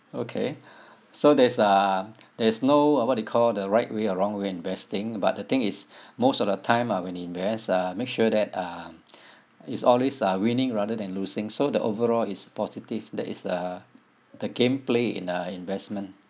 okay so there's uh there's no uh what they call the right way or wrong way when investing but the thing is most of the time uh when you invest uh make sure that um it's always uh winning rather than losing so the overall is positive that is the the game play in uh investment